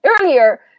earlier